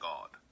God